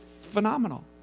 phenomenal